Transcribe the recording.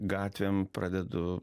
gatvėm pradedu